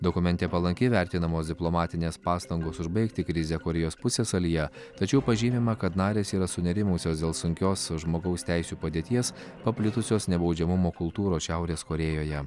dokumente palankiai vertinamos diplomatinės pastangos užbaigti krizę korėjos pusiasalyje tačiau pažymima kad narės yra sunerimusios dėl sunkios žmogaus teisių padėties paplitusios nebaudžiamumo kultūros šiaurės korėjoje